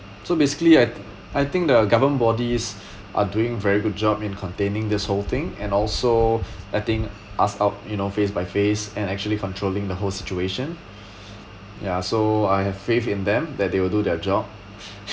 so basically I I think the government bodies are doing very good job in containing this whole thing and also I think us out you know phase by phase and actually controlling the whole situation ya so I have faith in them that they will do their job